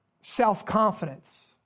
self-confidence